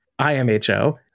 IMHO